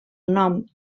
nom